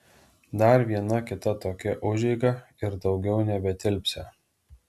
dar viena kita tokia užeiga ir daugiau nebetilpsią